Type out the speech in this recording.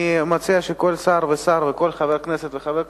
אני מציע שכל שר ושר וכל חבר כנסת וחבר כנסת,